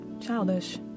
childish